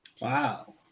Wow